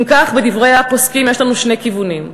אם כך, בדברי הפוסקים יש לנו שני כיוונים.